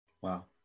wow